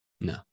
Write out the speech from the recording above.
No